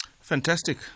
Fantastic